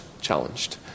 challenged